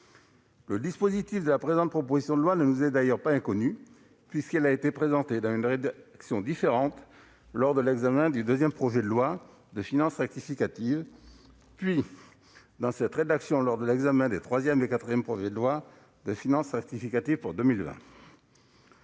Le dispositif de la présente proposition de loi ne nous est d'ailleurs pas inconnu, puisqu'il a été présenté, dans une rédaction différente, lors de l'examen du deuxième projet de loi de finances rectificative, puis, dans la rédaction dont nous discutons aujourd'hui, lors de l'examen des troisième et quatrième projets de loi de finances rectificative pour 2020.